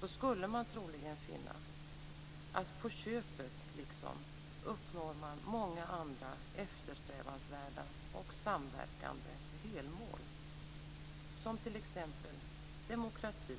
Då skulle man troligen finna att man på köpet uppnår många andra eftersträvansvärda och samverkande delmål, som t.ex. demokrati,